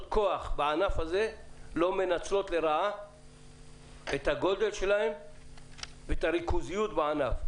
כוח בענף הזה לא מנצלות לרעה את הגודל שלהן ואת הריכוזיות בענף.